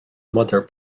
mother